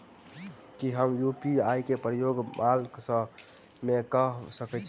की हम यु.पी.आई केँ प्रयोग माल मै कऽ सकैत छी?